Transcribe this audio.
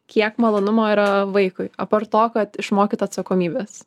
kiek malonumo yra vaikui apart to kad išmokyt atsakomybės